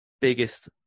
biggest